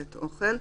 בית אוכל),